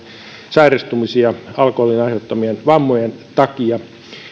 sairastumisia alkoholin aiheuttamien vammojen takia